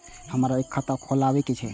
हमरा एक खाता खोलाबई के ये?